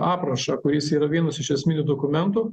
aprašą kuris yra vienas iš esminių dokumentų